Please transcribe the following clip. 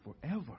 forever